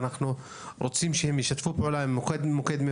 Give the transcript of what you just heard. אנחנו רוצים שהם ישתפו פעולה במיוחד